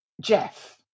Jeff